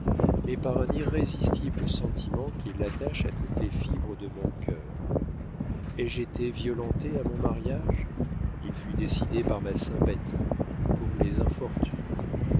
mais par un irrésistible sentiment qui l'attache à toutes les fibres de mon cœur ai-je été violentée à mon mariage il fut décidé par ma sympathie pour les infortunes